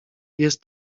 jest